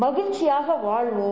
மகிழ்ச்சியாக வாழ்வோம்